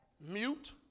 mute